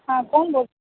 हां कोण बोल